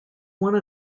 one